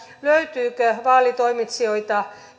löytyykö vaalitoimitsijoita